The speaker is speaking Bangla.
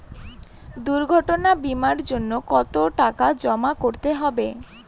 দুর্ঘটনা বিমার জন্য কত টাকা জমা করতে হবে?